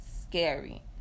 scary